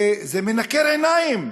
זה מנקר עיניים.